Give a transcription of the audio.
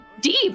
deep